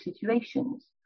situations